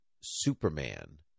Superman